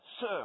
Sir